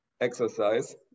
exercise